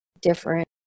different